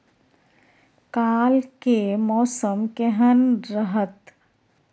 काल के मौसम केहन रहत?